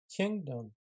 kingdom